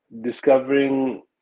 discovering